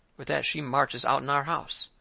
with that she marches out'n our house.